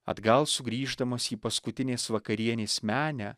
atgal sugrįždamas į paskutinės vakarienės menę